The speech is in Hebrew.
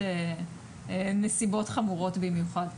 נסיבות חמורות במיוחד.